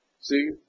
See